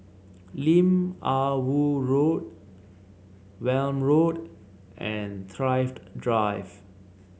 Lim Ah Woo Road Welm Road and Thrift Drive